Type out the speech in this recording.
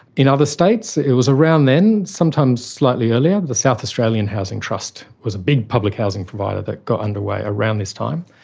in other states it was around then, sometimes slightly earlier, the south australian housing trust was a big public housing provider that got underway around this time,